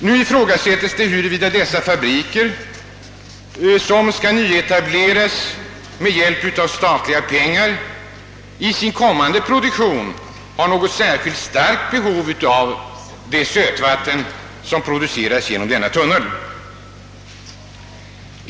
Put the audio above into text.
Nu ifrågasätts dock huruvida dessa fabriker, som skall nyetableras med hjälp av pengar från staten, i sin kommande produktion har särskilt starkt behov av det sötvatten som leds genom tunneln.